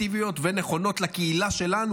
אפקטיביות ונכונות לקהילה שלנו,